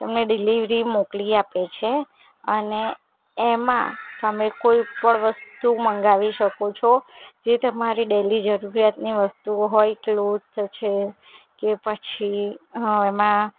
તમને ડિલિવરી મોકલી આપે છે અને એમાં તમે કોઈ પણ વસ્તુ મગાવી શકો છો જે તમારી ડેઇલી જરૂરીયાતની વસ્તુઓ હોય ક્લોથ છે કે પછી હા એમાં